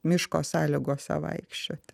miško sąlygose vaikščioti